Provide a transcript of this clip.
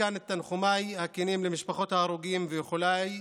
אני שולח מכאן את תנחומיי הכנים למשפחות ההרוגים ואיחוליי